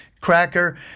cracker